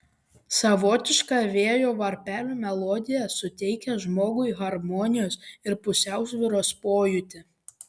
savotiška vėjo varpelių melodija suteikia žmogui harmonijos ir pusiausvyros pojūtį